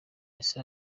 ese